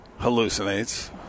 hallucinates